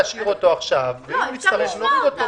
יקראו לגביו את פסקה (1) כך שאחרי "יראו חייל כזכאי לדמי אבטלה"